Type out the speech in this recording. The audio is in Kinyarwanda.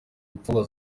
imfungwa